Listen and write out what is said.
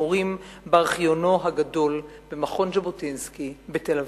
שמורים בארכיונו הגדול במכון ז'בוטינסקי בתל-אביב.